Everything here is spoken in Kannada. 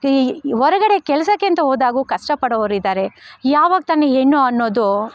ಈ ಹೊರಗಡೆ ಕೆಲಸಕ್ಕೆ ಅಂತ ಹೋದಾಗೂ ಕಷ್ಟಪಡುವವರು ಇದ್ದಾರೆ ಯಾವಾಗ ತಾನೇ ಹೆಣ್ಣು ಅನ್ನೋದು